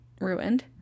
ruined